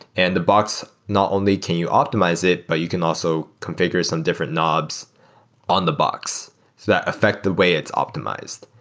and the box, not only can you optimize it but you can also configure some different knobs on the box. so that affect the way it's optimized.